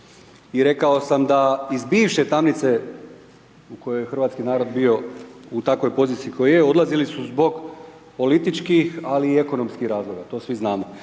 i rekao sam da iz bivše tamnice u kojoj je hrvatski narod bio u takvoj poziciji u kojoj je odlazili su zbog političkih ali i ekonomskih razloga, to svi znamo.